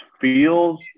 feels